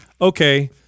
okay